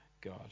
God